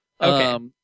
Okay